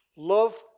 Love